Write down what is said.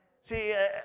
See